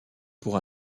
pour